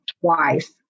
twice